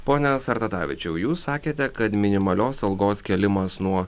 pone sartatavičiau jūs sakėte kad minimalios algos kėlimas nuo